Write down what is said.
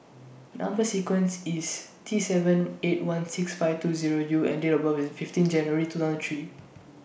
Number sequence IS T seven eight one six five two Zero U and Date of birth IS fifteen January two thousand three